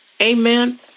Amen